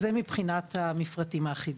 זה מבחינת המפרטים האחידים.